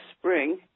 spring